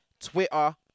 Twitter